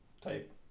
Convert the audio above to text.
type